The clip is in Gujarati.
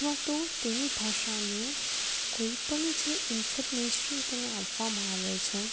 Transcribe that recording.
અથવા તો તેની ભાષાનું કોઈપણ જે ઇન્ફોર્મેશન તેને આપવામાં આવે છે